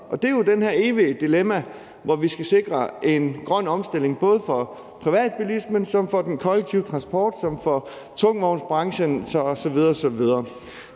det her evige dilemma, hvor vi skal sikre en grøn omstilling af både privatbilismen, den kollektive transport, tungvognsbranchen osv.